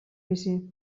bizi